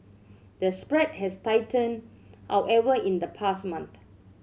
the spread has tightened however in the past month